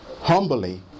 humbly